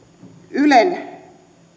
ylen